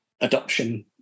adoption